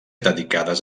dedicades